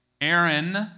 Aaron